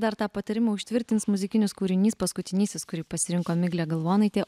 dar tą patarimą užtvirtins muzikinis kūrinys paskutinysis kurį pasirinko miglė galvonaitė